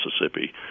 Mississippi